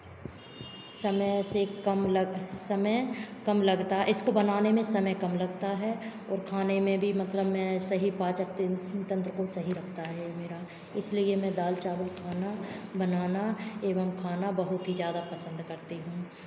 समय से कम लग समय कम लगता इसको बनाने में समय कम लगता है और खाने में भी मतलब मैं सही पाचन तंत्र को सही रखता है मेरा इसलिए मैं दाल चावल खाना बनाना एवं खाना बहुत ही ज़्यादा पसंद करती हूँ